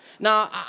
Now